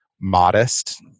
modest